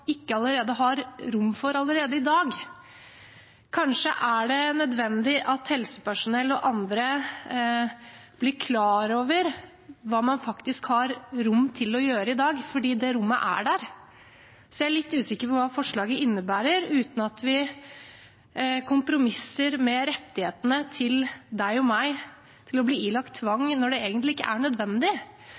det nødvendig at helsepersonell og andre blir klar over hva man faktisk har rom til å gjøre i dag, fordi det rommet er der. Så jeg er litt usikker på hva forslaget innebærer, uten at vi kompromisser med de rettighetene du og jeg har til ikke å bli ilagt tvang når det egentlig ikke er nødvendig,